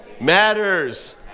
Matters